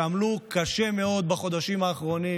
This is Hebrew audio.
שעמלו קשה מאוד בחודשים האחרונים